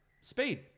speed